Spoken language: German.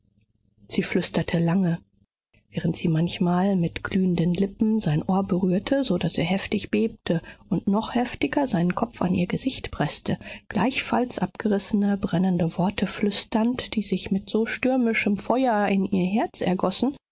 sie flüsterte lange während sie manchmal mit glühenden lippen sein ohr berührte so daß er heftig bebte und noch heftiger seinen kopf an ihr gesicht preßte gleichfalls abgerissene brennende worte flüsternd die sich mit so stürmischem feuer in ihr herz ergossen